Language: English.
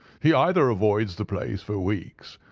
he either avoids the place for weeks,